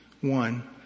one